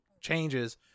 changes